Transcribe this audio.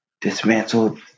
dismantled